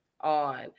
on